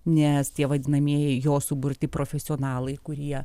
nes tie vadinamieji jo suburti profesionalai kurie